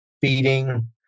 feeding